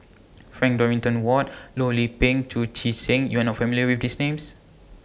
Frank Dorrington Ward Loh Lik Peng Chu Chee Seng YOU Are not familiar with These Names